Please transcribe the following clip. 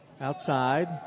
outside